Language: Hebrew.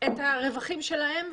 את הרווחים שלהם,